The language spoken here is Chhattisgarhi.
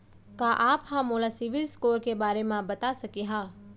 का आप हा मोला सिविल स्कोर के बारे मा बता सकिहा?